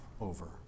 over